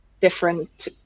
different